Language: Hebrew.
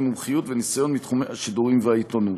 מומחיות וניסיון מתחומי השידורים והעיתונות.